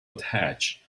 attach